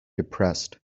depressed